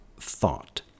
thought